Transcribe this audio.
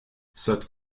sotte